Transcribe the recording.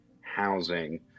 housing